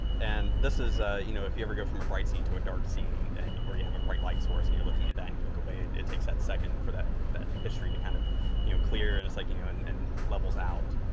and this is you know if you ever go from a bright scene to a dark scene and, or you have a bright light source and you're looking at that and you look away, it takes that second for that, that history to kind of you know clear and it's like and and levels out